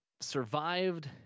survived